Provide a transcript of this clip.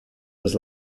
was